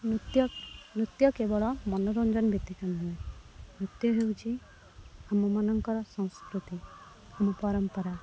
ନୃତ୍ୟ ନୃତ୍ୟ କେବଳ ମନୋରଞ୍ଜନ ବ୍ୟତୀତ ନୁହେଁ ନୃତ୍ୟ ହେଉଛି ଆମ ମାନଙ୍କର ସଂସ୍କୃତି ଆମ ପରମ୍ପରା